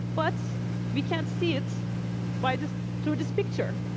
but we can't see it by this, through this picture.